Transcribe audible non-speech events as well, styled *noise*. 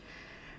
*breath*